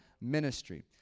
ministry